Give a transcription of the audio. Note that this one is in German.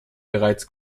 bereits